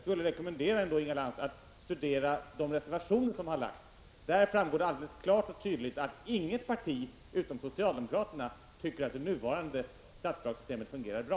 Jag vill rekommendera Inga Lantz att studera de reservationer som har avgivits. Av dem framgår alldeles klart och tydligt att inget parti utom socialdemokraterna tycker att det nuvarande statsbidragssystemet fungerar bra.